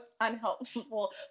unhelpful